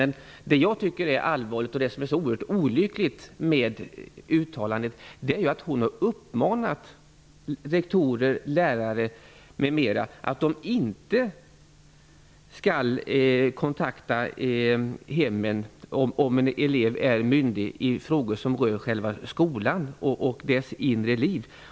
Men vad jag tycker är allvarligt och olyckligt i uttalandet är att JO uppmanat rektorer, lärare m.m. att om en elev är myndig inte ta kontakt med hemmen i frågor som rör själva skolan och dess inre liv.